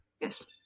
yes